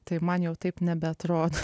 tai man jau taip nebeatrodo